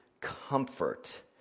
comfort